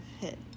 hit